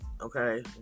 Okay